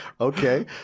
Okay